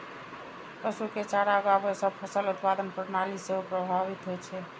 पशु के चारा उगाबै सं फसल उत्पादन प्रणाली सेहो प्रभावित होइ छै